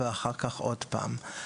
ואחר כך עוד פעם.